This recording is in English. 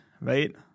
right